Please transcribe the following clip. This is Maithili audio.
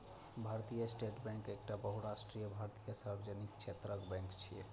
भारतीय स्टेट बैंक एकटा बहुराष्ट्रीय भारतीय सार्वजनिक क्षेत्रक बैंक छियै